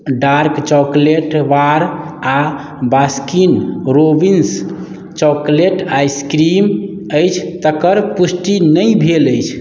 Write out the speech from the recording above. dark chocolate bar आ Baskin Robbins chocolate ice cream अछि तकर पुष्टि नहि भेल अछि